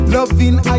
Loving